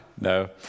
No